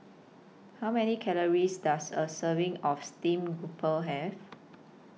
How Many Calories Does A Serving of Steamed Grouper Have